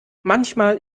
manchmal